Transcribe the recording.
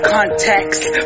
Contacts